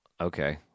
Okay